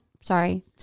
Sorry